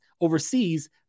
overseas